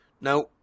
now